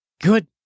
Good